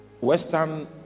Western